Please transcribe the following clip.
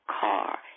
car